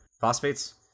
Phosphates